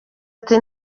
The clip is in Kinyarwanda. ati